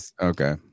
okay